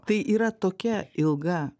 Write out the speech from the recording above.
tai yra tokia ilga